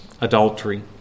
adultery